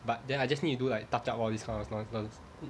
but then I just need to do like touch up all this kind of nonsense